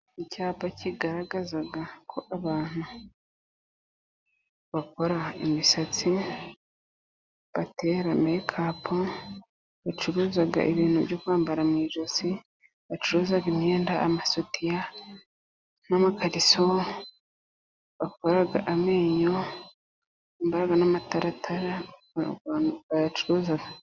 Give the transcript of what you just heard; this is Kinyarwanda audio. Icyapa kigaragazako abantu bakora imisatsi, batera mekapu, bacuruza ibintu byo kwambara mu ijosi, bacuruza imyenda amasutiya n'amakariso, bakora amenyo ,bambara n'amataratara bayacuruza.